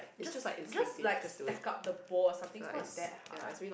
just just like stack up the bowl or something it's not that hard